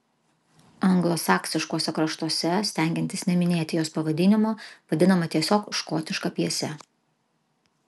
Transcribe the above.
anglosaksiškuose kraštuose stengiantis neminėti jos pavadinimo vadinama tiesiog škotiška pjese